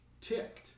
ticked